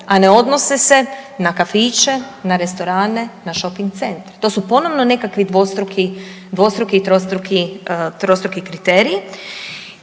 a ne odnose na kafiće, na restorane, na šoping centre. To su ponovno nekakvi dvostruki i trostruki kriteriji